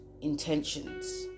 intentions